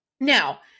Now